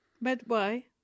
Medway